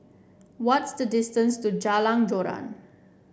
what is the distance to Jalan Joran